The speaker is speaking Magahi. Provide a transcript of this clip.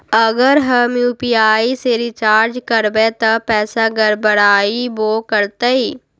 अगर हम यू.पी.आई से रिचार्ज करबै त पैसा गड़बड़ाई वो करतई?